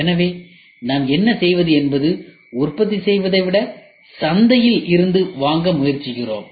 எனவே உற்பத்தி செய்வதை விட சந்தையில் இருந்து வாங்க முயற்சிக்கிறோம்